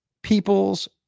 people's